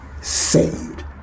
saved